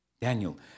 Daniel